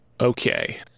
Okay